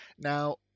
Now